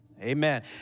Amen